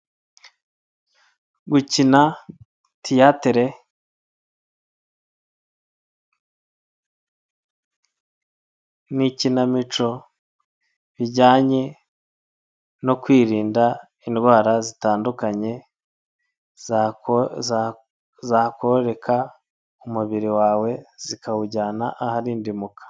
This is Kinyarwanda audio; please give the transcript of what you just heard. Gukina tiyatere n'ikinamico bijyanye no kwirinda indwara zitandukanye za zakoreka umubiri wawe zikawujyana aharindimuka.